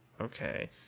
Okay